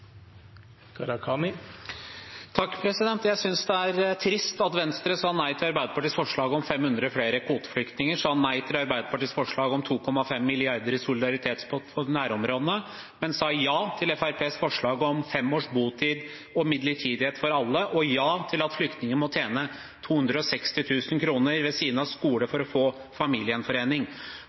trist at Venstre sa nei til Arbeiderpartiets forslag om 500 flere kvoteflyktninger og nei til Arbeiderpartiets forslag om 2,5 mrd. kr i solidaritetspott for nærområdene, men sa ja til Fremskrittspartiets forslag om fem års botid og midlertidighet for alle og ja til at flyktninger må tjene 260 000 kr ved siden av skole for å få familiegjenforening.